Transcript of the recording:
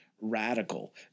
radical